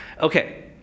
Okay